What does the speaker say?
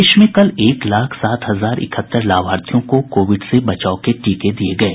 प्रदेश में कल एक लाख सात हजार इकहत्तर लाभार्थियों को कोविड से बचाव के टीके दिये गये